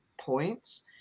points